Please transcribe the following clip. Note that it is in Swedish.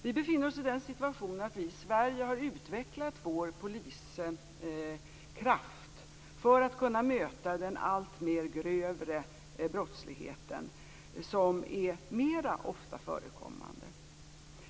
Vi befinner oss i den situationen att vi i Sverige har utvecklat vår polis kraft för att kunna möta den alltmer grövre brottsligheten som är oftare förekommande.